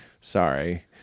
sorry